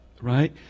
Right